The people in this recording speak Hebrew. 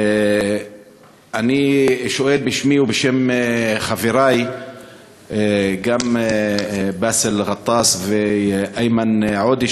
אני שואל בשמי וגם בשם חברי באסל גטאס ואיימן עודה,